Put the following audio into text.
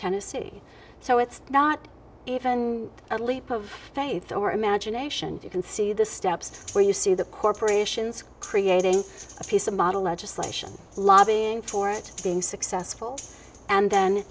tennessee so it's not even a leap of faith or imagination you can see the steps where you see the corporations creating a piece of model legislation lobbying for it being successful and then